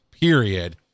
period